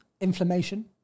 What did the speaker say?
inflammation